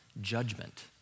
judgment